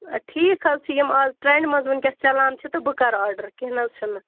ادٕ ٹھیٖکھ حَظ چھُ یِم آز ٹرینڈ منٛز وٕنکٮ۪س چلان چھِ تہٕ بہٕ کرٕ آرڈر کینٛہہ نہ حَظ چھُ نہٕ